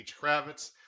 hkravitz